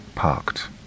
parked